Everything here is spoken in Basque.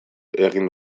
egin